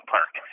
Park